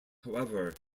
however